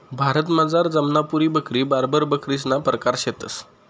भारतमझार जमनापुरी बकरी, बार्बर बकरीसना परकार शेतंस